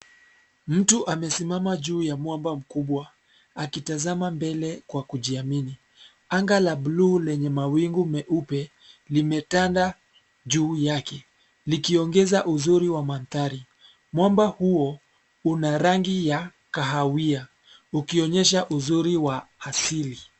Mtu amesimama juu ya mwamba mkubwa akitazama mbele kwa kujiamini. Anga la buluu lenye mawingu meupe limetanda juu yake likiongeza uzuri wa mandhari. Mwamba huo una rangi ya kahawia ukionyesha uzuri wa asili.